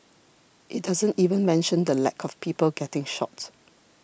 it doesn't even mention the lack of people getting shot